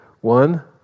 one